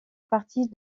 partie